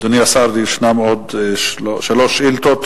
אדוני השר, ישנן עוד שלוש שאילתות.